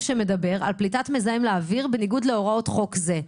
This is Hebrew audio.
שמדבר על פליטת מזהם לאוויר בניגוד להוראות חוק זה.